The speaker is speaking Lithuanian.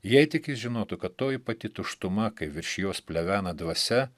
jei tik jis žinotų kad toji pati tuštuma kai virš jos plevena dvasia